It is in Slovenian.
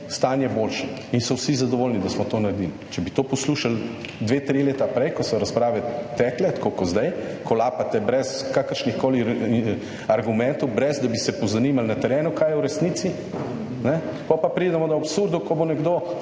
stanje boljše in so vsi zadovoljni, da smo to naredili. Če bi to poslušali dve, tri leta prej, ko so razprave tekle tako kot sedaj, ko lapate brez kakršnihkoli argumentov brez, da bi se pozanimali na terenu, kaj je v resnici, potem pa pridemo do absurdov, ko bo nekdo